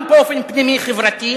גם באופן פנימי חברתי,